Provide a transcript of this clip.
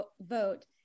vote